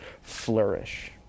flourish